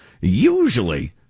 usually